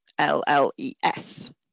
LLES